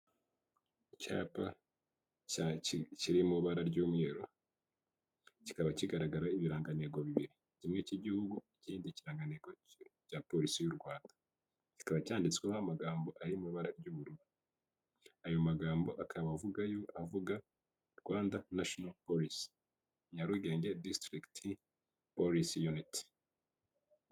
Icyapa kiri mu ibara ry'umweru kikaba kigaragara ibirangantego bibiri, kimwe cy'igihugu ikindi kirangantego cya polisi y'u Rwanda. Kikaba cyanditsweho amagambo ari mu ibara ry'ubururu ayo magambo akaba avuga Rwanda nashono polisi, Nyarugenge disotirikiti, polisi yuniti.